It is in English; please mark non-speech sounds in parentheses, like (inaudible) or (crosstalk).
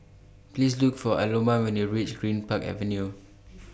Please Look For Aloma when YOU REACH Greenpark Avenue (noise)